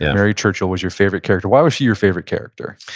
yeah mary churchill was your favorite character. why was she your favorite character?